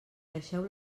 deixeu